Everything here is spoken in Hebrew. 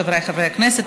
חבריי חברי הכנסת,